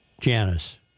Janice